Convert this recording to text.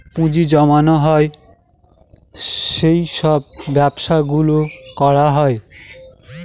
পুঁজি জমানো হয় সেই সব ব্যবসা গুলো করা হয়